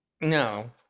no